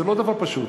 זה לא דבר פשוט.